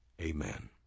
Amen